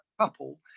couple